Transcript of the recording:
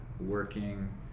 working